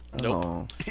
Nope